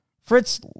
Fritz